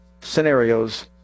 scenarios